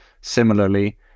similarly